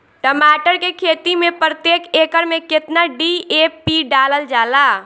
टमाटर के खेती मे प्रतेक एकड़ में केतना डी.ए.पी डालल जाला?